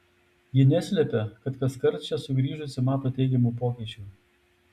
ji neslepia kad kaskart čia sugrįžusi mato teigiamų pokyčių